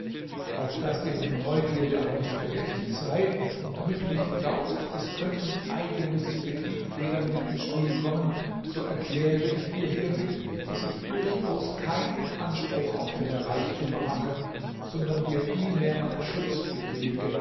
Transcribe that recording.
auf daß dir meine neugierde aber nicht verdächtig sei und damit du nicht glaubst es könnten eigennützige triebfedern mit ins spiel kommen so erkläre ich dir hiermit daß ich durchaus keinen anspruch auf deine reichtümer mache sondern dir vielmehr meinen schutz bewillige